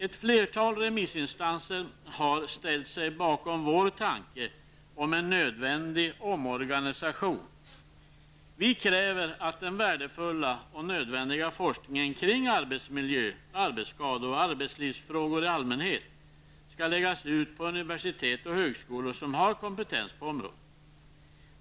Ett flertal remissinstanser har ställt sig bakom vårt förslag om en nödvändig omorganisation. Vi kräver att den värdefulla och nödvändiga forskningen kring arbetsmiljö, arbetsskador och arbetslivsfrågor i allmänhet skall läggas ut på universitet och högskolor som har kompetens på området.